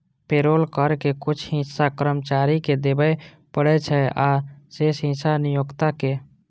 payroll कर के कुछ हिस्सा कर्मचारी कें देबय पड़ै छै, आ शेष हिस्सा नियोक्ता कें